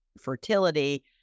fertility